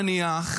נניח,